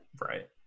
right